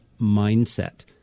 mindset